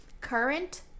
current